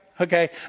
Okay